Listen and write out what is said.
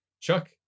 Chuck